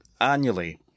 annually